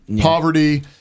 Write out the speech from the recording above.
poverty